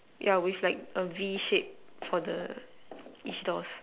yeah with like V shape for the each doors